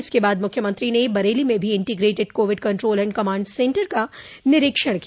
इसके बाद मुख्यमंत्री ने बरेली में भी integrated covid control and command centre का निरीक्षण किया